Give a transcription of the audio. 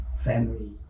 family